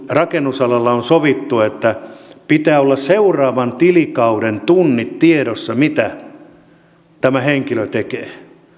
rakennusalalla on sovittu että pitää olla tiedossa seuraavan tilikauden tunnit mitä tämä henkilö tekee